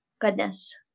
Goodness